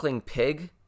pig